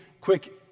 quick